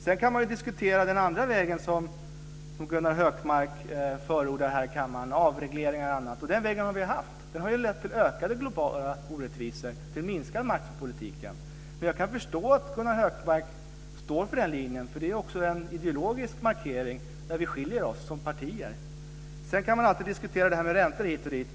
Sedan kan man diskutera den andra vägen som Den vägen har vi prövat, och den har lett till ökade globala orättvisor och till minskad makt för politiken. Jag kan förstå att Gunnar Hökmark förordar den linjen för det är också en ideologisk markering där våra partier skiljer sig åt. Man kan också diskutera det här med räntor hit och dit.